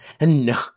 No